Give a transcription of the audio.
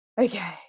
okay